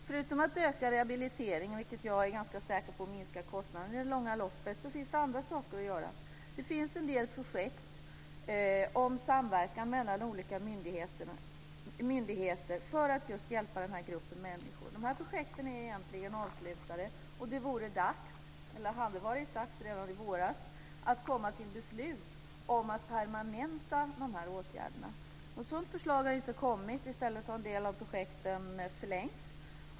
Förutom att öka rehabiliteringen, vilket jag är ganska säker på skulle minska kostnaderna i det långa loppet, finns det andra saker att göra. Det finns en del projekt om samverkan mellan olika myndigheter för att hjälpa just den här gruppen människor. De här projekten är egentligen avslutade. Det hade redan i våras varit dags att komma till beslut om att permanenta de här åtgärderna. Något sådant förslag har inte kommit. I stället har en del av projekten förlängts.